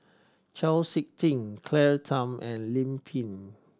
Chau Sik Ting Claire Tham and Lim Pin